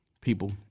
people